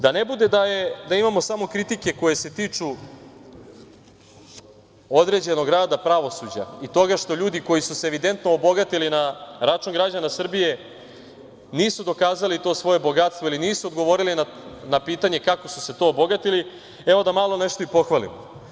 Da ne bude da imamo samo kritike koje se tiču određenog rada pravosuđa i toga što ljudi koji su se evidentno obogatili na račun građana Srbije, nisu dokazali to svoje bogatstvo ili nisu odgovorili na pitanje kako su se to obogatili, evo da malo nešto i pohvalim.